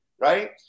right